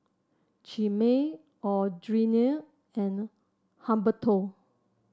Chimere Audriana and Humberto